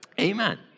Amen